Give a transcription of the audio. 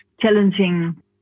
challenging